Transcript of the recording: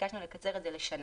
ביקשנו לקצר את זה לשנה.